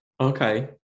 Okay